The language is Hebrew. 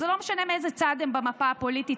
וזה לא משנה באיזה צד הם במפה הפוליטית,